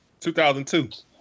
2002